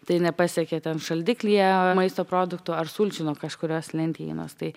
tai nepasekia ten šaldiklyje maisto produktų ar sulčių nuo kažkurios lentynos tai